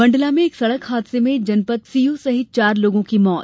मंडला में एक सड़क हादसे में जनपद सीओ सहित चार लोगों की मौत